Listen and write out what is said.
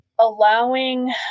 Allowing